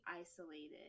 isolated